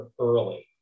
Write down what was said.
early